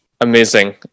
Amazing